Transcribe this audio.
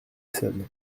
essonnes